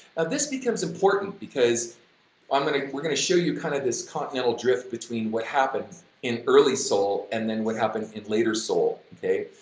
ah this becomes important because i'm gonna, we're gonna show you kind of this continental drift between what happens in early soul and then what happened in later soul, okay?